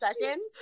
seconds